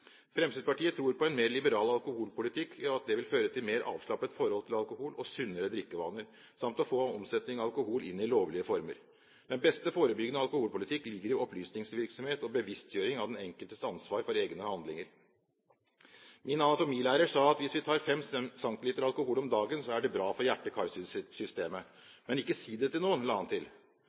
Fremskrittspartiet tror en mer liberal alkoholpolitikk vil føre til et mer avslappet forhold til alkohol og sunnere drikkevaner samt at vi får omsetningen av alkohol inn i lovlige former. Den beste forebyggende alkoholpolitikken ligger i opplysningsvirksomhet og bevisstgjøring av den enkeltes ansvar for egne handlinger. Min anatomilærer sa at hvis vi tar 5 cl alkohol om dagen, er det bra for hjerte-karsystemet. Men ikke si det til noen, la han til.